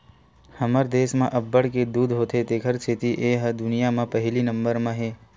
हमर देस म अब्बड़ के दूद होथे तेखर सेती ए ह दुनिया म पहिली नंबर म हे